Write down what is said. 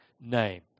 name